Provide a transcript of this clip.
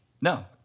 No